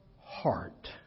heart